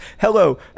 hello